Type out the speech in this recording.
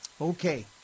Okay